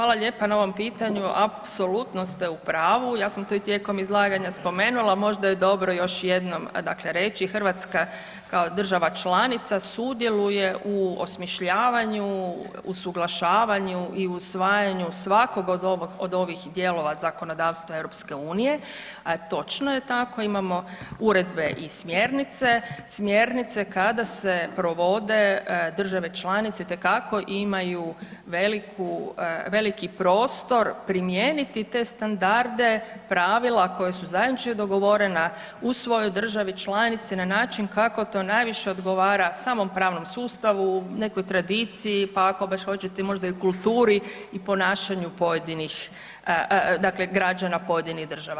Hvala lijepo na ovom pitanju, apsolutno ste u pravu, ja sam to i tijekom izlaganja spomenula, možda je dobro još jednom dakle reći, Hrvatska kao država članica sudjeluje u osmišljavanju, usuglašavanju i usvajanju svakoga od ovih dijelova zakonodavstva EU-a a točno je tako, imamo uredbe i smjernice, smjernice kada se provode države članice itekako imaju veliki prostor primijeniti te standarde, pravila koja su zajednički dogovorena u svojoj državi članici na način kako to najviše odgovara samom pravnom sustavu, nekoj tradiciji pa ako baš hoćete, možda i kulturi i ponašanju pojedinih dakle građana, pojedinih država.